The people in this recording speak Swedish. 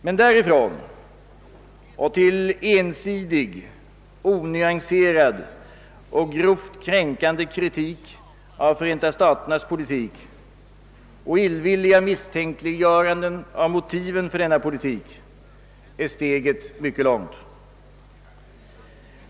Men därifrån och till en ensidig, onyanserad och grovt kränkande kritik av Förenta staternas politik och illvilliga misstänkliggöranden av motiven för denna politik är steget mycket långt.